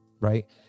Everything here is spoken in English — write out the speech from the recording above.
right